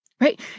Right